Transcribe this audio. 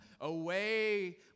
Away